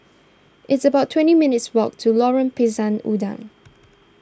it's about twenty minutes' walk to Lorong Pisang Udang